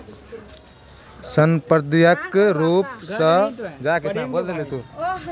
सांप्रदायिक रूप स सांस्कृतिक उद्यमितार महत्व हर जघट छेक